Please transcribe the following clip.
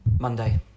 Monday